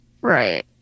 Right